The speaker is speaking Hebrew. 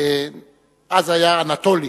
אז היה אנטולי,